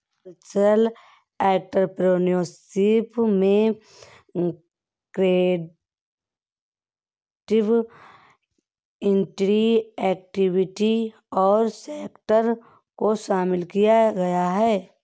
cultural entrepreneurship में creative industry activities और sector को शामिल किया गया है